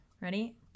Ready